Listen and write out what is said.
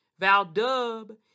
Valdub